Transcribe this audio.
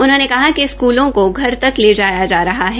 उन्होंने कहा कि स्कूलों को घर तक लेजाया जा रहा है